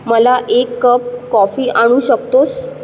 मला एक cup coffee आणू शकतोस